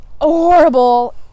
horrible